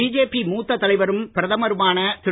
BJP மூத்த தலைவரும் பிரதமருமான திரு